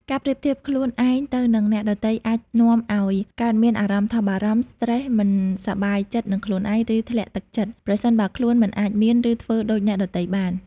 ការប្រៀបធៀបខ្លួនឯងទៅនឹងអ្នកដទៃអាចនាំឱ្យកើតមានអារម្មណ៍ថប់បារម្ភ ស្រ្តេស មិនសប្បាយចិត្តនឹងខ្លួនឯង ឬធ្លាក់ទឹកចិត្ត ប្រសិនបើខ្លួនមិនអាចមាន ឬធ្វើដូចអ្នកដទៃបាន។